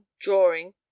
drawing